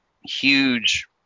huge